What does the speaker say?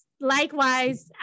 likewise